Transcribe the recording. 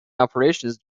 operations